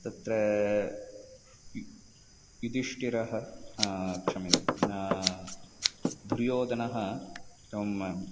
तत्र य् युधिष्ठिरः क्षम्यताम् दुर्योधनः एवम्